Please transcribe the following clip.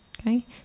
Okay